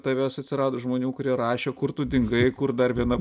tavęs atsirado žmonių kurie rašė kur tu dingai kur dar viena